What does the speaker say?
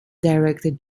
director